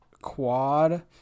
quad